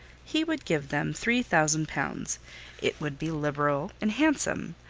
he would give them three thousand pounds it would be liberal and handsome!